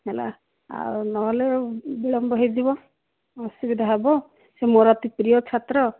ହେଲା ଆଉ ନହେଲେ ବିଳମ୍ବ ହେଇଯିବ ଅସୁବିଧା ହେବ ସେ ମୋର ଅତି ପ୍ରିୟ ଛାତ୍ର